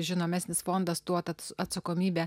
žinomesnis fondas tuo ta atsakomybė